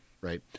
right